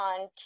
on